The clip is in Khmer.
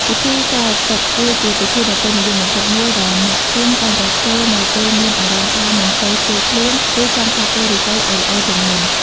ពិធីស្រោចទឹក គឺជាពិធីដ៏ពេញនិយមបំផុតមួយ ដែលអ្នកភូមិតែងតែធ្វើនៅពេលមានអារម្មណ៍ថាមិនសូវស្រួលខ្លួន ឬចង់ផ្លាស់ប្តូររាសីឱ្យល្អជាងមុន។